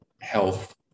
health